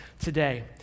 today